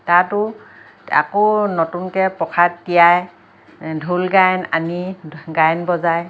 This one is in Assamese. তাতো আকৌ নতুনকৈ প্ৰসাদ তিয়াই ডোল গায়ন আনি গায়ন বজায়